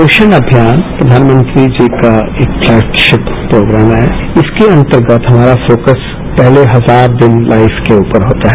पोषण अभियान प्रधानमंत्री जी का एक फ्लैगशिप प्रोग्राम है इसके अंतर्णत हमारा फोकस पहले हजार दिन लाइफ के ऊपर होता है